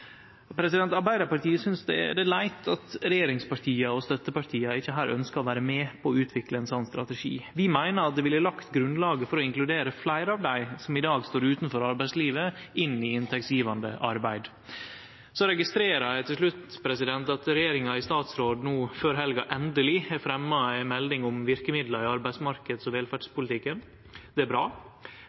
Arbeidarpartiet synest det er leit at regjeringspartia og støttepartia ikkje her ønskjer å vere med på å utvikle ein slik strategi. Vi meiner at det ville lagt grunnlaget for å inkludere fleire av dei som i dag står utanfor arbeidslivet, inn i inntektsgjevande arbeid. Så registrerer eg til slutt at regjeringa i statsråd no før helga endeleg har fremma ei melding om verkemidla i arbeidsmarknads- og velferdspolitikken. Det er bra.